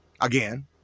Again